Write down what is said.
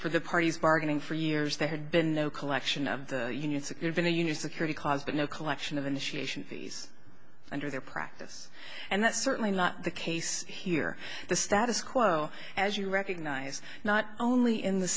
for the parties bargaining for years they had been no collection of the union secure been a union security cause but no collection of initiation these under their practice and that's certainly not the case here the status quo as you recognise not only in the